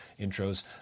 intros